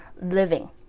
living